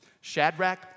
Shadrach